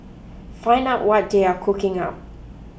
find out what they are cooking up